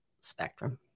spectrum